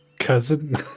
Cousin